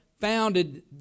founded